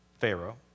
Pharaoh